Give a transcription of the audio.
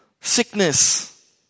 sickness